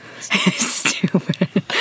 stupid